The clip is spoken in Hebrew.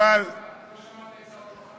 לא שמעת את שר הרווחה קודם?